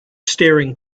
staring